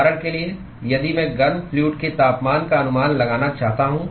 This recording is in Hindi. उदाहरण के लिए यदि मैं गर्म फ्लूअड के तापमान का अनुमान लगाना चाहता हूं